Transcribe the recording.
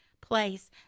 place